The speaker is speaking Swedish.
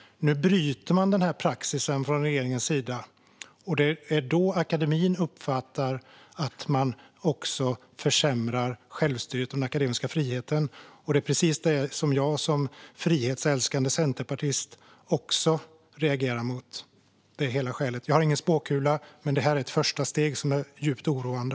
Nu bryter regeringen denna praxis. Akademin uppfattar det som att självstyret och den akademiska friheten försämras, och det är precis det jag som frihetsälskande centerpartist också reagerar mot. Det är hela skälet. Jag har ingen spåkula, men det här är ett första steg som är djupt oroande.